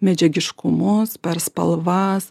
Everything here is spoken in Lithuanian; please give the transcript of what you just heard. medžiagiškumus per spalvas